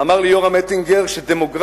אמר לי יורם אטינגר שדמוגרפית,